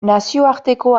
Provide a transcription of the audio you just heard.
nazioarteko